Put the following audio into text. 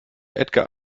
edgar